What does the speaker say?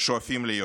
שואפים להיות.